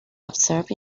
observed